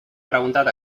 preguntat